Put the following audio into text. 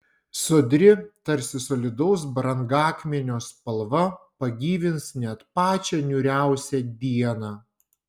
sodri tarsi solidaus brangakmenio spalva pagyvins net pačią niūriausią dieną